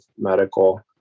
medical